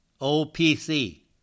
OPC